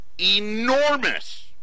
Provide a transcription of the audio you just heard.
enormous